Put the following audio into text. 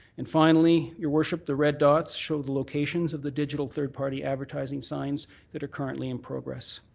and finally, your worship, the red dots show the locations of the digital third party advertising signs that are currently in progress.